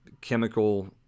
chemical